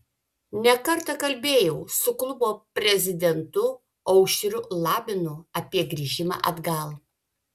ne kartą kalbėjau su klubo prezidentu aušriu labinu apie grįžimą atgal